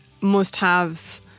must-haves